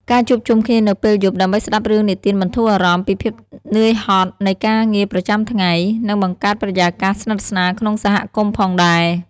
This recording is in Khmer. ការជួបជុំគ្នានៅពេលយប់ ដើម្បីស្ដាប់រឿងនិទានបន្ធូរអារម្មណ៍ពីភាពនឿយហត់នៃការងារប្រចាំថ្ងៃ និងបង្កើតបរិយាកាសស្និទ្ធស្នាលក្នុងសហគមន៍ផងដែរ ។